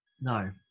No